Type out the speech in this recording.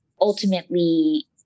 ultimately